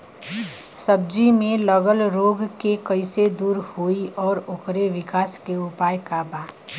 सब्जी में लगल रोग के कइसे दूर होयी और ओकरे विकास के उपाय का बा?